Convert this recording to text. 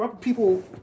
people